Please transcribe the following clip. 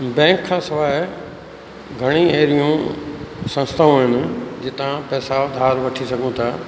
bank खां सवाइ घणेई एहिड़ियूं संस्थाऊं आहिनि जितां पैसा उधार वठी सघूं था